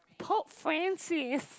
Pope-Francis